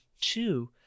two